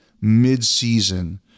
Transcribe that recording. mid-season